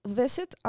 visit